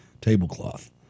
tablecloth